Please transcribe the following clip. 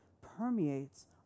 permeates